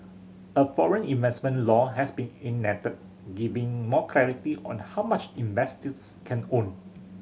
a foreign investment law has been enacted giving more clarity on how much investors can own